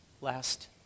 last